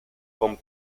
con